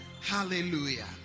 hallelujah